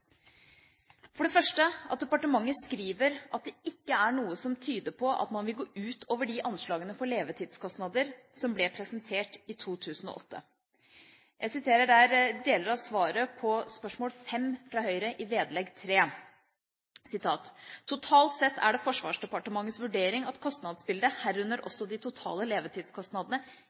for det første at departementet skriver at det ikke er noe som tyder på at man vil gå utover de anslagene for levetidskostnader som ble presentert i 2008. Jeg siterer deler av svaret på spørsmål 5, fra Høyre, i vedlegg 3: «Totalt sett er det Forsvarsdepartementets vurdering at kostnadsbildet, herunder også de totale levetidskostnadene,